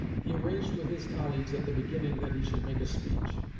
he arranged with his colleagues at the beginning that he should make a speech,